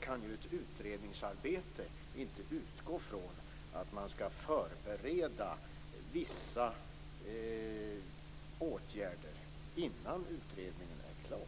kan ett utredningsarbete inte utgå från att man skall förbereda vissa åtgärder innan utredningen är klar.